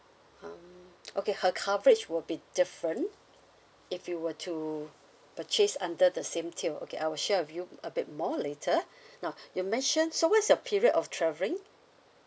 um okay her coverage will be different if you were to purchase under the same tier okay I'll share with you a bit more later now you mentioned so what's your period of travelling